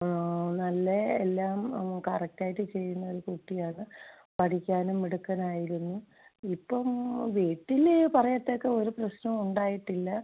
ആ നല്ല എല്ലാം ആ കറക്റ്റായിറ്റ് ചെയ്യുന്നൊരു കുട്ടിയാണ് പഠിക്കാനും മിടുക്കനായിരുന്നു ഇപ്പം വീട്ടിൽ പറയത്തക്ക ഒരു പ്രശ്നവും ഉണ്ടായിട്ടില്ല